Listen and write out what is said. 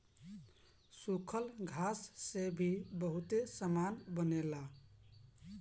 सूखल घास से भी बहुते सामान बनेला